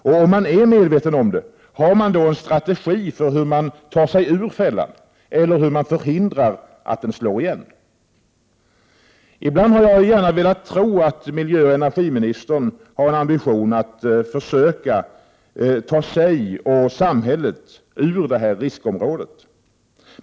Och om man är medveten om det, har man då en strategi för hur man tar sig ur fällan, eller hur man förhindrar att den slår igen? Ibland har jag gärna velat tro att miljöoch energiministern har en ambition att försöka ta sig och samhället ur detta riskområde.